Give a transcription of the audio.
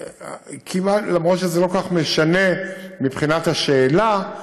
למרות שזה לא כל כך משנה מבחינת השאלה,